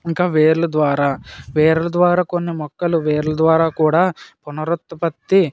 ఇంకా వేర్ల ద్వారా వేర్ల ద్వారా కొన్ని మొక్కలు వేర్ల ద్వారా కూడా పునరుత్పత్తి